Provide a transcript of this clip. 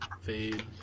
fade